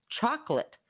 chocolate